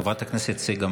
חברת הכנסת צגה מלקו.